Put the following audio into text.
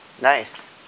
Nice